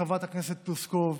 חברת הכנסת פלוסקוב,